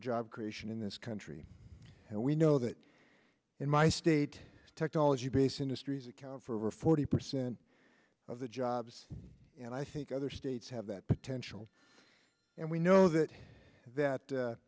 job creation in this country and we know that in my state technology base industries account for forty percent of the jobs and i think other states have that potential and we know that that